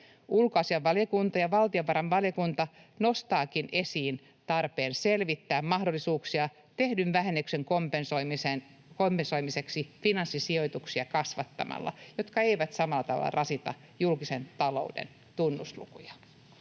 Ulkoasiainvaliokunta ja valtiovarainvaliokunta nostavatkin esiin tarpeen selvittää mahdollisuuksia tehdyn vähennyksen kompensoimiseksi kasvattamalla finanssisijoituksia, jotka eivät samalla tavalla rasita julkisen talouden tunnuslukuja.